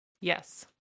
Yes